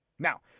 Now